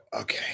Okay